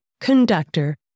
conductor